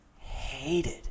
hated